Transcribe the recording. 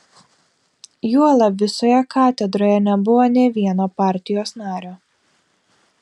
juolab visoje katedroje nebuvo nė vieno partijos nario